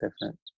different